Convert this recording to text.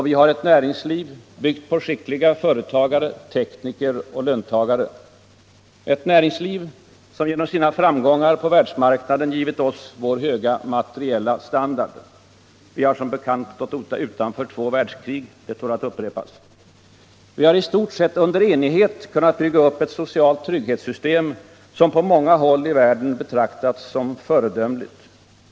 Vi har ett näringsliv byggt på skickliga företagare, tekniker och löntagare. Ett näringsliv som genom sina framgångar på världsmarknaden givit oss vår höga materiella standard. Vi har som bekant stått utanför två världskrig - och det tål att upprepas. Vi har i stort sett under enighet kunnat bygga upp ett socialt trygghetssystem som på många håll i världen betraktats som föredömligt.